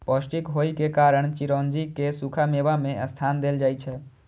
पौष्टिक होइ के कारण चिरौंजी कें सूखा मेवा मे स्थान देल जाइ छै